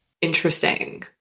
interesting